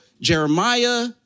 Jeremiah